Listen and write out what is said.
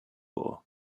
war